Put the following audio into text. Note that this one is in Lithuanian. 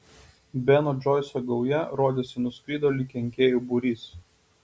beno džoiso gauja rodėsi nuskrido lyg kenkėjų būrys